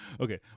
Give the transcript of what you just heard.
okay